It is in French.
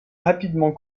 rapidement